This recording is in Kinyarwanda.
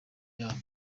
yabo